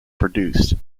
produced